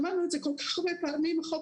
שמענו את זה כבר כל כך הרבה פעמים מאז שהחוק